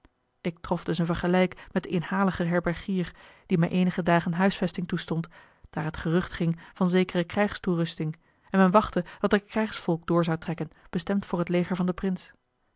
ik trof dus een vergelijk met den inhaligen herbergier die mij eenige dagen huisvesting toestond daar het gerucht ging van zekere krijgstoerusting en men wachtte dat er krijgsvolk door zou trekken bestemd voor het leger van den prins